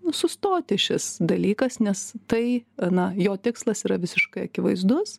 sustoti šis dalykas nes tai anot jo tikslas yra visiškai akivaizdus